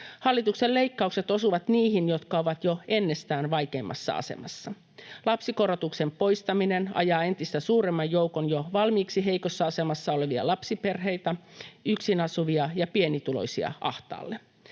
Hallituksen leikkaukset osuvat niihin, jotka ovat jo ennestään vaikeimmassa asemassa. Lapsikorotuksen poistaminen ajaa entistä suuremman joukon jo valmiiksi heikossa asemassa olevia lapsiperheitä, yksin asuvia ja pienituloisia ahtaalle.